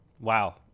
Wow